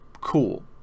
cool